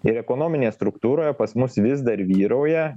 ir ekonominėje struktūroje pas mus vis dar vyrauja